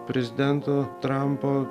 prezidento trampo